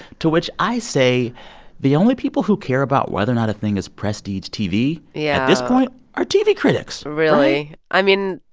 to which i say the only people who care about whether or not a thing is prestige tv. yeah. at this point are tv critics. really. right? i mean,